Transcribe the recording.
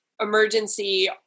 emergency